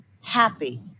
happy